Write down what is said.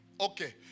Okay